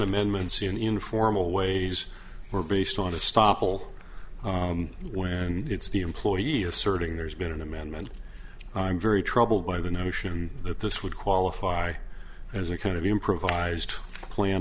amendments in informal ways are based on a stop will when it's the employee asserting there's been an amendment i'm very troubled by the notion that this would qualify as a kind of improvised plan